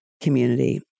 community